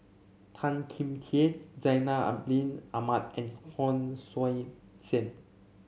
Tan Kim Tian Zainal Abidin Ahmad and Hon Sui Sen